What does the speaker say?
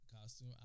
costume